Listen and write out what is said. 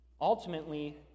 Ultimately